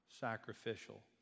sacrificial